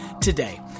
today